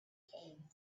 came